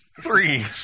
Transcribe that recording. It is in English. Three